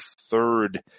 third